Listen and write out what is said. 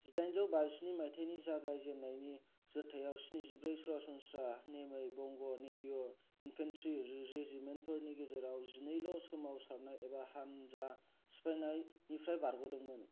जिदाइनजौ बाजिस्नि माइथायनि जागाय जेननायनि जोरथायाव स्निजिब्रै सरासनस्रा नेमै बंग' नेटिव इन्फैंट्री रेजिमेंटफोरनि गेजेराव जिनैल' सोमाव सारनाय एबा हानजा सिफायनाय निफ्राय बारग'दों मोन